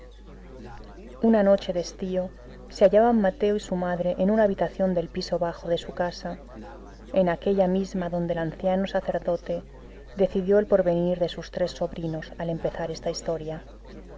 una noche de estío se hallaban mateo y su madre en una habitación del piso bajo de su casa en aquella misma donde el anciano sacerdote decidió el porvenir de sus tres sobrinos al empezar esta historia